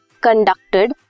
conducted